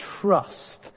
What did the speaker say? trust